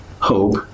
hope